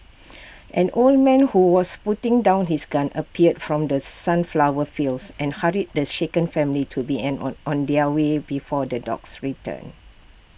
an old man who was putting down his gun appeared from the sunflower fields and hurried the shaken family to be an on on their way before the dogs return